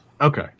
Okay